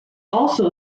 also